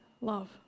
love